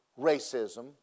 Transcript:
racism